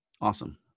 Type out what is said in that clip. Awesome